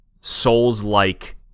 Souls-like